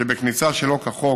שבכניסה שלא כחוק